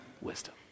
wisdom